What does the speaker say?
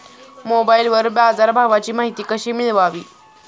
मोबाइलवर बाजारभावाची माहिती कशी मिळवावी?